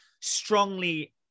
strongly